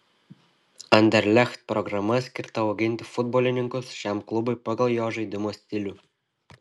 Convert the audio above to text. anderlecht programa skirta auginti futbolininkus šiam klubui pagal jo žaidimo stilių